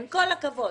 עם כל הכבוד,